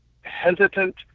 hesitant